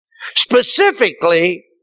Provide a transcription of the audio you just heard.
Specifically